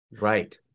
Right